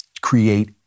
create